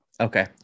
Okay